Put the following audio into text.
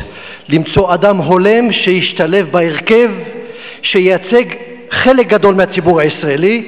למצוא אדם הולם שישתלב בהרכב וייצג חלק גדול מהציבור הישראלי,